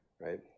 Right